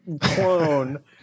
clone